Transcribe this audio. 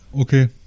Okay